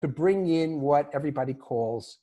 ‫להביא מה שכולם קוראים לזה.